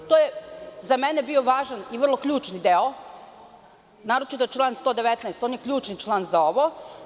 To je za mene bio važan i vrlo ključni deo, naročito član 119. on je ključni član za ovo.